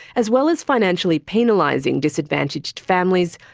as well as financially penalising disadvantaged families,